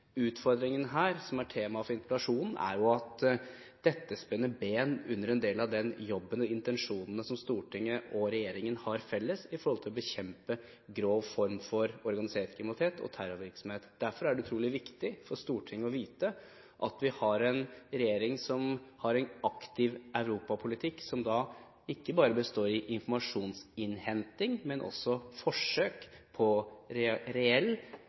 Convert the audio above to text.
Utfordringen her, som er temaet for interpellasjonen, er at dette spenner ben under en del av den jobben og intensjonen som Stortinget og regjeringen har felles for å bekjempe grov form for organisert kriminalitet og terrorvirksomhet. Derfor er det utrolig viktig for Stortinget å vite at vi har en regjering som har en aktiv europapolitikk, som ikke bare består av informasjonsinnhenting, men også forsøk på reell